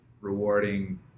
rewarding